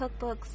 cookbooks